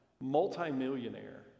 multimillionaire